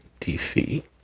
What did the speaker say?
DC